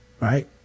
Right